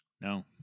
No